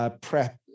Prep